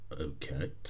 Okay